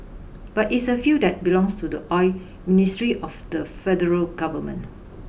but it's a field that belongs to the oil ministry of the federal government